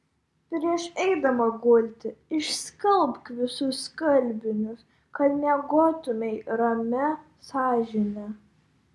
prieš eidama gulti išskalbk visus skalbinius kad miegotumei ramia sąžine